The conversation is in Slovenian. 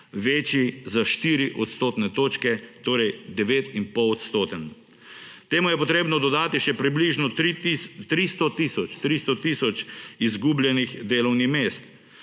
večji za 4 odstotne točke, torej 9,5-odstoten. Temu je potrebno dodati še približno 300 tisoč izgubljenih delovnih mest.